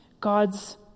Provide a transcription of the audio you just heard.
God's